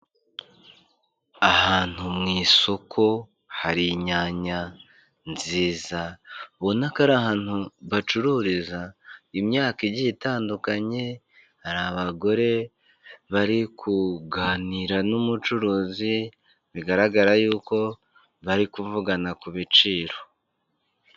Ahantu mu isoko hari inyanya nziza ubona ko ari ahantu bacururiza imyaka igiye itandukanye, hari abagore bari kuganira n'umucuruzi, bigaragara yuko bari kuvugana ku biciro.